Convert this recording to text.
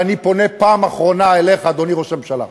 ואני פונה פעם אחרונה אליך, אדוני ראש הממשלה,